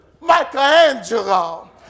Michelangelo